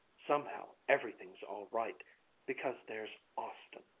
somehow everything's all right because there's austin.